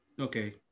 Okay